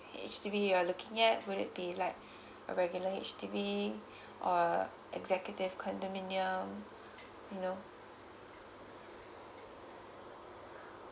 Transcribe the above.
H_D_B you are looking at would it be like a regular H_D_B or executive condominium you know